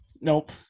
Nope